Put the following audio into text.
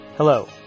Hello